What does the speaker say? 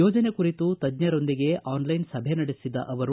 ಯೋಜನೆ ಕುರಿತು ತಜ್ಞರೊಂದಿಗೆ ಆನ್ಲೈನ್ ಸಭೆ ನಡೆಸಿದ ಅವರು